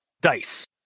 dice